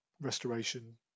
restoration